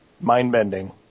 Mind-bending